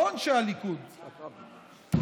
לא אנשי הליכוד, יצחק רבין.